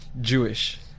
jewish